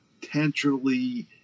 potentially